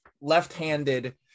left-handed